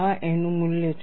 આ એનું મૂલ્ય છે